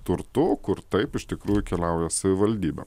turtu kur taip iš tikrųjų keliauja savivaldybėm